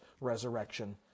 resurrection